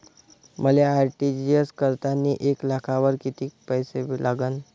मले आर.टी.जी.एस करतांनी एक लाखावर कितीक पैसे लागन?